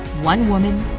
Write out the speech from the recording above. one woman.